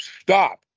stop